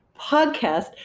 podcast